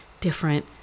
different